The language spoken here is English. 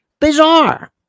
Bizarre